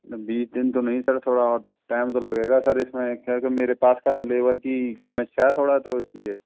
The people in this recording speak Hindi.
न बीस दिन तो नहीं सर थोड़ा और टाइम तो लगेगा ही सर इसमें क्योंकि मेरे पास सर लेबर कि समस्या है थोड़ा तो इसलिए